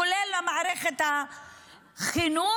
כולל מערכת החינוך,